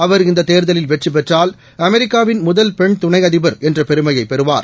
அவர் இந்ததேர்தலில் வெற்றிபெற்றால் அமெரிக்காவின் முதல் பெண் துணைஅதிபர் என்றபெருமையைப் பெறுவார்